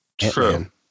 true